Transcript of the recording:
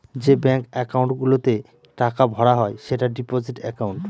যে bank account গুলোতে টাকা ভরা হয় সেটা ডিপোজিট একাউন্ট